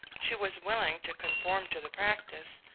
she was willing to conform to the practice,